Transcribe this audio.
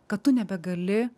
kad tu nebegali